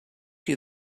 you